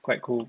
quite cool